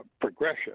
progression